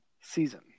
season